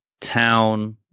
town